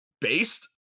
based